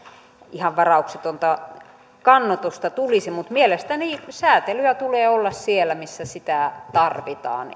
ihan varauksetonta kannatusta tulisi mutta mielestäni sääntelyä tulee olla siellä missä sitä tarvitaan